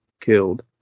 killed